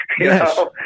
Yes